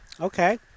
Okay